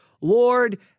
Lord